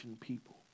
people